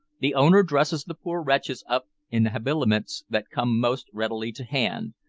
the owner dresses the poor wretches up in the habiliments that come most readily to hand,